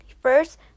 First